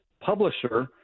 publisher